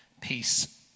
peace